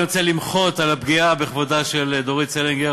אני רוצה למחות על הפגיעה בכבודה של דורית סלינגר,